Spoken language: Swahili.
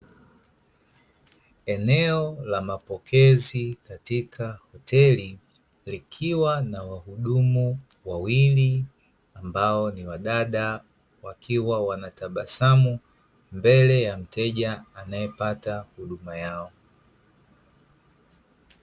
Eneo la mapokezi katika hoteli, likiwa na wahudumu wawili ambao ni wadada wakiwa wanatabasamu mbele ya mteja anayepata huduma yao.